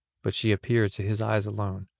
but she appeared to his eyes alone,